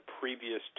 previous